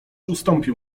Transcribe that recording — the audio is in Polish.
ustąpił